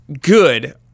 good